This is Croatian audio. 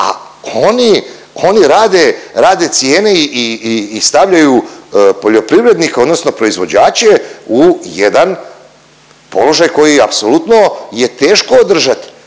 oni rade cijene i stavljaju poljoprivrednike odnosno proizvođače u jedan položaj koji apsolutno je teško održati.